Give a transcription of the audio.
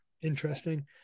interesting